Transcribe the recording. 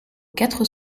quatre